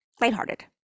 lighthearted